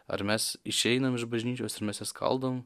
ar mes išeinam iš bažnyčios ir mes ją skaldom